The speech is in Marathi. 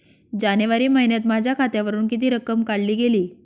जानेवारी महिन्यात माझ्या खात्यावरुन किती रक्कम काढली गेली?